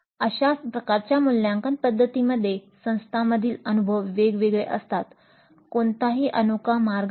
अशा प्रकारच्या मूल्यांकन पद्धतींमध्ये संस्थांमधील अनुभव वेगवेगळे असतात कोणताही अनोखा मार्ग नाही